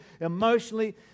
emotionally